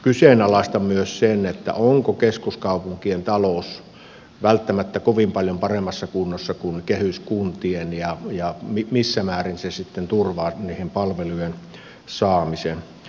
kyseenalaistan myös sen onko keskuskaupunkien talous välttämättä kovin paljon paremmassa kunnossa kuin kehyskuntien ja missä määrin se sitten turvaa niiden palvelujen saamisen